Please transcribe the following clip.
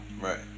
right